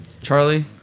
Charlie